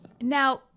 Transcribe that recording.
Now